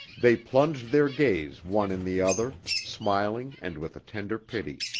they plunged their gaze one in the other, smiling and with a tender pity.